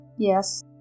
Yes